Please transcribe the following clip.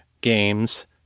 games